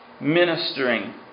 ministering